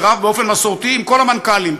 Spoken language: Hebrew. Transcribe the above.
שרב באופן מסורתי עם כל המנכ"לים,